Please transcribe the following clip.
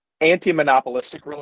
anti-monopolistic